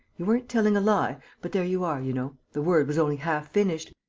you weren't telling a lie but there you are, you know the word was only half-finished.